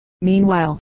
meanwhile